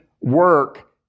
work